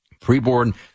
Preborn